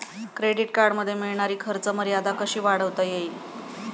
Credit कार्डमध्ये मिळणारी खर्च मर्यादा कशी वाढवता येईल?